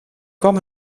kwam